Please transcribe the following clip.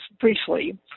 briefly